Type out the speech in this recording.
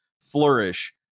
flourish